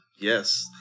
Yes